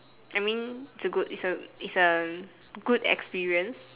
I mean it's a good it's a it's a good experience